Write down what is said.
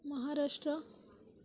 Maharashtra